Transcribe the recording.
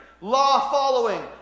law-following